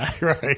Right